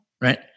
right